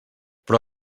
però